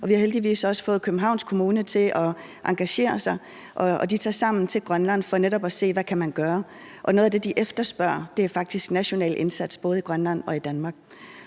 vi har heldigvis også fået Københavns Kommune til at engagere sig. De tager sammen til Grønland for netop at se, hvad man kan gøre, og noget af det, de efterspørger, er faktisk national indsats både i Grønland og i Danmark.